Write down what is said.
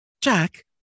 Jack